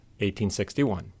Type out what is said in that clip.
1861